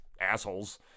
assholes